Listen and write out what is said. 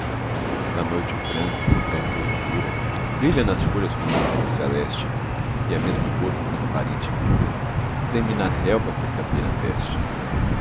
da noite o pranto que tão pouco dura brilha nas folhas como um rir celeste e a mesma gota transparente e pura treme na relva que a campina veste